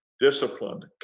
disciplined